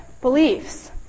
beliefs